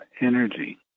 energy